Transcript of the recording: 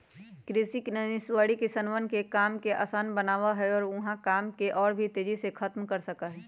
कृषि मशीनरी किसनवन के काम के आसान बनावा हई और ऊ वहां काम के और भी तेजी से खत्म कर सका हई